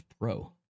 pro